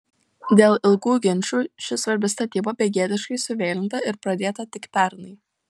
dėl ilgų ginčų ši svarbi statyba begėdiškai suvėlinta ir pradėta tik pernai